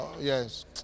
Yes